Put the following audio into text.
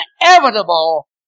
inevitable